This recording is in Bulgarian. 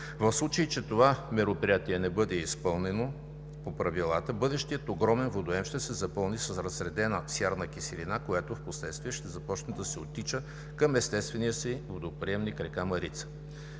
В случай че това мероприятие не бъде изпълнено по правилата, бъдещият огромен водоем ще се запълни с разредена сярна киселина, която впоследствие ще започне да се оттича към естествения си водоприемник – река Марица,